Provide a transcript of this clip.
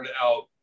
out